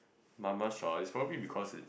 mama shop it's probably because it's